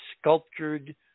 sculptured